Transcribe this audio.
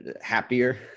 happier